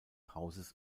hauses